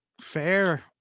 fair